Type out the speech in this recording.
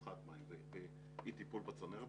פחת מים ואי טיפול בצנרת,